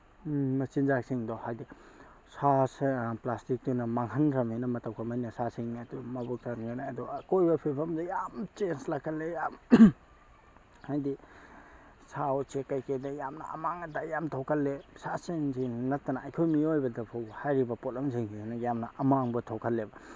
ꯃꯆꯤꯟꯖꯥꯛꯁꯤꯡꯗꯣ ꯍꯥꯏꯕꯗꯤ ꯁꯥꯁꯦ ꯄ꯭ꯂꯥꯁꯇꯤꯛꯇꯨꯅ ꯃꯥꯡꯍꯟꯈ꯭ꯔꯝꯅꯤꯅ ꯃꯇꯧ ꯀꯃꯥꯏꯅ ꯁꯥꯁꯤꯡ ꯑꯗꯨ ꯃꯕꯨꯛ ꯊꯟꯒꯅꯤ ꯑꯗꯨꯒ ꯑꯀꯣꯏꯕ ꯐꯤꯕꯝꯗ ꯌꯥꯝ ꯆꯦꯟꯖ ꯂꯥꯛꯍꯜꯂꯦ ꯌꯥꯝ ꯍꯥꯏꯕꯗꯤ ꯁꯥ ꯎꯆꯦꯛ ꯀꯩꯀꯩꯗ ꯌꯥꯝꯅ ꯑꯃꯥꯡ ꯑꯇꯥ ꯌꯥꯝ ꯊꯣꯛꯍꯜꯂꯦ ꯁꯥ ꯁꯟꯁꯤꯡ ꯅꯠꯇꯅ ꯑꯩꯈꯣꯏ ꯃꯤꯑꯣꯏꯕꯗ ꯐꯥꯎꯕ ꯍꯥꯏꯔꯤꯕ ꯄꯣꯠꯂꯝꯁꯤꯡꯁꯤꯅ ꯌꯥꯝꯅ ꯑꯃꯥꯡꯕ ꯊꯣꯛꯍꯜꯂꯦꯕ